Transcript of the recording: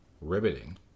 riveting